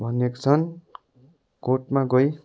भनेको छन् कोर्टमा गई